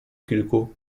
kilku